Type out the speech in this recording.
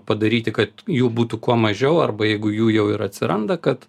padaryti kad jų būtų kuo mažiau arba jeigu jų jau ir atsiranda kad